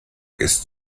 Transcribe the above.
ist